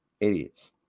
Idiots